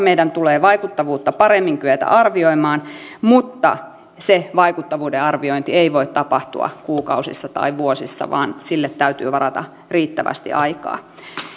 että meidän tulee vaikuttavuutta paremmin kyetä arvioimaan mutta se vaikuttavuuden arviointi ei voi tapahtua kuukausissa tai vuosissa vaan sille täytyy varata riittävästi aikaa